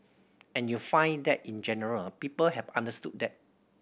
and you find that in general people have understood that